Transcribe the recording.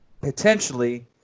Potentially